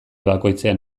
bakoitzean